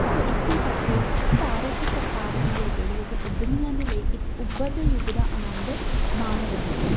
ਸੋ ਇਸੇ ਕਰਕੇ ਭਾਰਤ ਸਰਕਾਰ ਵੀ ਹੈ ਜਿਹੜੀ ਉਹ ਉੱਦਮੀਆਂ ਦੇ ਲਈ ਇੱਕ ਉੱਭਰਦੇ ਯੁੱਗ ਦਾ ਆਨੰਦ ਮਾਣ ਰਹੀ ਹੈ